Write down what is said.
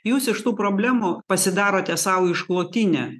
jūs iš tų problemų pasidarote sau išklotinę